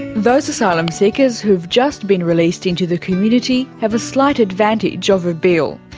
those asylum seekers who have just been released into the community have a slight advantage over bill.